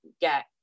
get